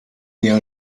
jahr